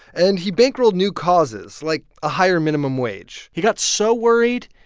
and he bankrolled new causes, like a higher minimum wage he got so worried,